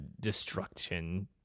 destruction